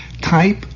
type